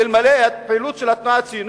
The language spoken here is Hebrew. אלמלא הפעילות של התנועה הציונית,